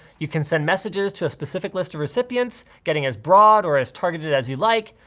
you can send messages to a specific list of recipients getting as broad or as targeted as you like.